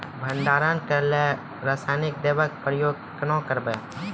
भंडारणक लेल रासायनिक दवेक प्रयोग कुना करव?